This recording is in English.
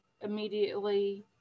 immediately